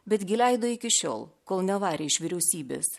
betgi leido iki šiol kol nevarė iš vyriausybės